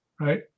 right